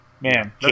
man